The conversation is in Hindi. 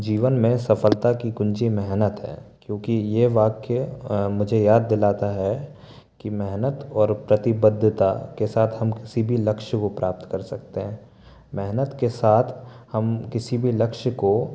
जीवन में सफलता की कुंजी मेहनत है क्योंकि यह वाक्य मुझे याद दिलाता है कि मेहनत और प्रतिबद्धता के साथ हम किसी भी लक्ष्य को प्राप्त कर सकते हैं मेहनत के साथ हम किसी भी लक्ष्य को